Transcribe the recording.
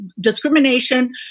discrimination